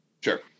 Sure